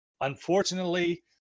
Unfortunately